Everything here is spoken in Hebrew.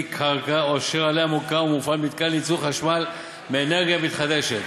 קרקע אשר עליה מוקם ומופעל מתקן לייצור חשמל מאנרגיה מתחדשת.